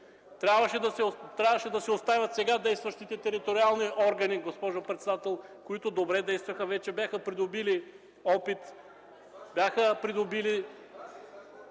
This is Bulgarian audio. трябваше да се оставят сега действащите териториални органи, госпожо председател, които действаха добре, бяха придобили опит; бяха придобили